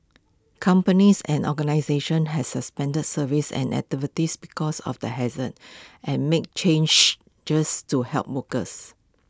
companies and organisations have suspended services and activities because of the haze an and made changes just to help workers